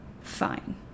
fine